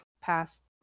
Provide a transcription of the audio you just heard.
past